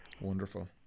Wonderful